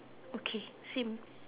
okay same